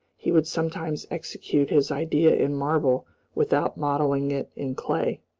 he would sometimes execute his idea in marble without modeling it in clay.